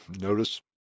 notice